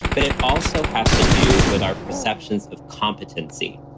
but it also has to do with our perceptions of competency.